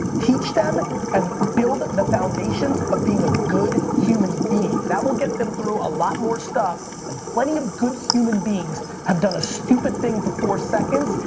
teach them and build the foundations of being a good human being. that will get them through a lot more stuff and plenty of good human beings have done a stupid thing for four seconds,